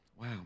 Wow